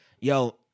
yo